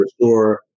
restore